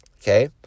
Okay